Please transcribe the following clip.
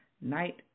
night